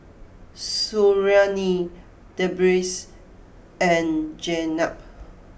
Suriani Deris and Jenab